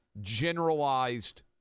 generalized